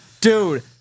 Dude